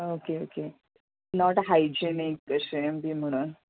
okay okay not hygienic अशें बी म्हणून